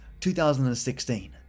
2016